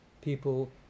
people